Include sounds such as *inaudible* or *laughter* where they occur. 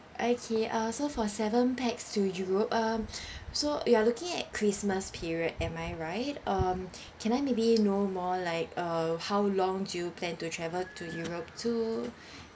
okay uh so for seven pax to europe um *breath* so you are looking at christmas period am I right um *breath* can I maybe know more like uh how long do you plan to travel to europe too *breath*